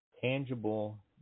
tangible